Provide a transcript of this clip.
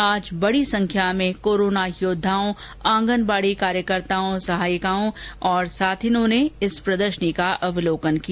आज बडी संख्या में कोरोना योद्वाओ आंगनबाडी कार्यकर्ताओं सहायिकाओं और साथिनों ने प्रदर्शनी का अवलोकन किया